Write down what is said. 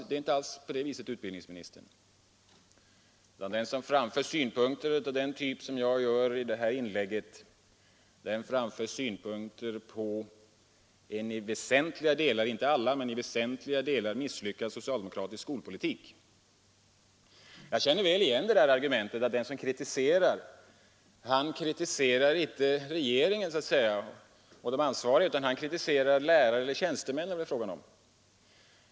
Det är inte alls på det viset, herr utbildningsminister, utan de som framför synpunkter av den typ som jag gör i detta inlägg vänder sig mot en inte i alla men i väsentliga delar misslyckad socialdemokratisk skolpolitik. Jag känner väl igen argumentet att den som kritiserar så att säga inte vänder sig mot regeringen utan mot de lärare och de tjänstemän det är fråga om.